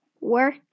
Work